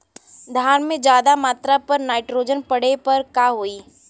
धान में ज्यादा मात्रा पर नाइट्रोजन पड़े पर का होई?